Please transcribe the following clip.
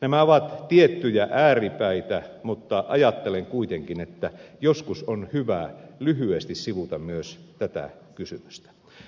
nämä ovat tiettyjä ääripäitä mutta ajattelen kuitenkin että joskus on hyvä lyhyesti sivuta myös tätä kysymystä